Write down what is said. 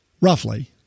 Roughly